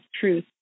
truth